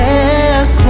Yes